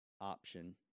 option